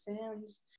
fans